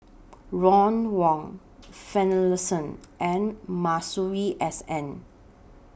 Ron Wong Finlayson and Masuri S N